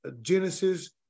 Genesis